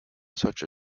such